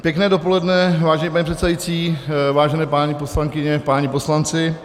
Pěkné dopoledne, vážený pane předsedající, vážené paní poslankyně, páni poslanci.